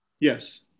Yes